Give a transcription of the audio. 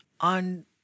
on